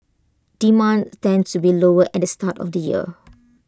demand tends to be lower at the start of the year